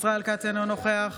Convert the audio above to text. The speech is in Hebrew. ישראל כץ, אינו נוכח